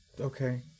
okay